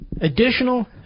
Additional